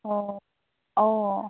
অঁ অঁ